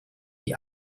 die